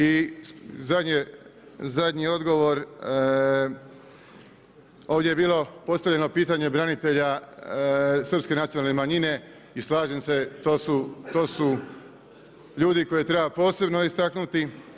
I zadnji odgovor ovdje je bilo postavljeno pitanje branitelja srpske nacionalne manjine i slažem se to su ljudi koje treba posebno istaknuti.